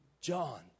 John